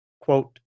quote